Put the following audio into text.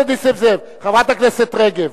חברת הכנסת רגב.